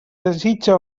desitja